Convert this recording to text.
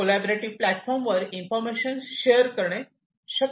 collaborative प्लॅटफॉर्मवर information share करणे शक्य होते